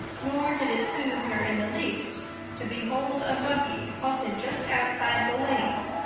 nor did it soothe her in the least to behold a buggy halted just outside the lane,